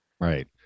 Right